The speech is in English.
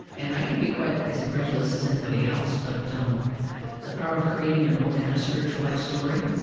and i can be quite as incredulous as anybody else, but um the power of creating your own, kind of, spiritual life story,